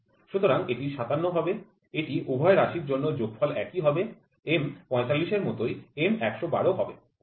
সুতরাং এটি ৫৭ হবে এটি উভয় রাশির জন্য যোগফল একই হবে M ৪৫ এর মতই M ১১২ হবে